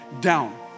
down